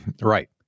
Right